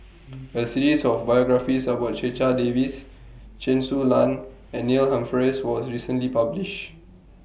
A series of biographies about Checha Davies Chen Su Lan and Neil Humphreys was recently published